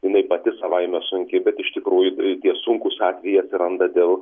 jinai pati savaime sunki bet iš tikrųjų tie sunkūs atvejai atsiranda dėl